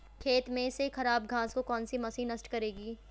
खेत में से खराब घास को कौन सी मशीन नष्ट करेगी?